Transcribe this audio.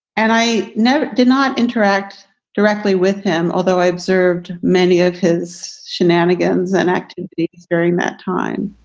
and i never did not interact directly with him, although i observed many of his shenanigans and activity during that time.